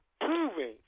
proving